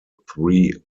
three